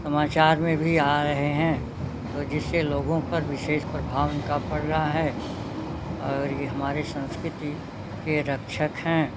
समाचार में भी आ रहें हैं तो जिससे लोगों पर विशेष प्रभाव उनका पड़ रहा है और ये हमारे संस्कृति के रक्षक हैं